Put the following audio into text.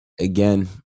Again